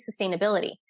sustainability